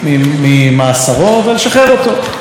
כמו שמשחררים כל אסיר אחר.